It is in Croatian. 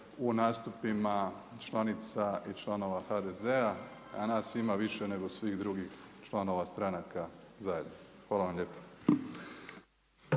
u nastupima članica i članova HDZ-a, a nas ima više nego svih drugih članova stranaka zajedno. Hvala vam lijepo.